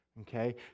Okay